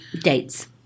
Dates